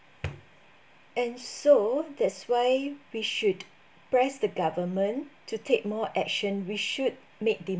and so that's why we should press the government to take more action we should make